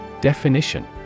Definition